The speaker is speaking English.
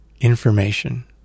information